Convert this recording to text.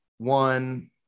One